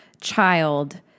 child